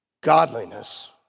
Godliness